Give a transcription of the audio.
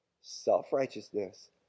Self-righteousness